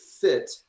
fit